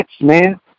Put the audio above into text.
man